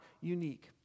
unique